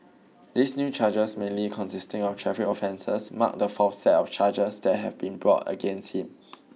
these new charges mainly consisting of traffic offences mark the fourth set of charges that have been brought against him